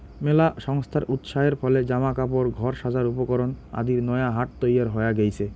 মেলা সংস্থার উৎসাহের ফলে জামা কাপড়, ঘর সাজার উপকরণ আদির নয়া হাট তৈয়ার হয়া গেইচে